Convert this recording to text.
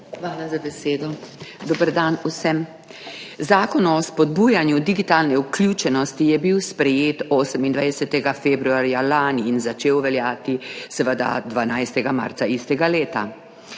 Hvala za besedo. Dober dan vsem! Zakon o spodbujanju digitalne vključenosti je bil sprejet 28. februarja lani in začel veljati 12. marca istega leta.